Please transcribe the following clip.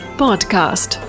podcast